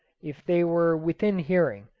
if they were within hearing,